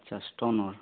আচ্ছা ষ্ট'নৰ